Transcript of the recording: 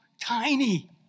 tiny